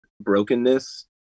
brokenness